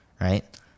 right